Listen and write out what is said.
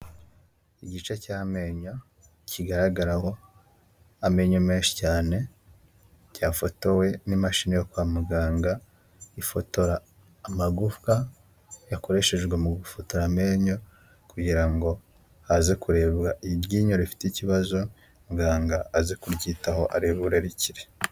Igice cy'amenyo kigaragaraho amenyo menshi cyane, cyafotowe n'imashini yo kwa muganga ifotora amagufwa yakoreshejwe mu gufotora amenyo, kugirango ngo haze kurebwa iryinyo rifite ikibazo, muganga aze kubyitaho arebe nibura rikire.